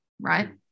right